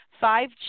five